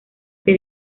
que